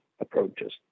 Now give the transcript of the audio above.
approaches